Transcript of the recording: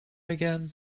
again